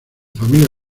familia